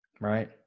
right